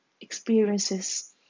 experiences